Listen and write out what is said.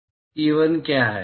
E1 क्या है